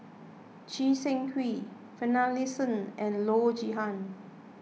Choo Seng Quee Finlayson and Loo Zihan